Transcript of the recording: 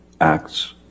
acts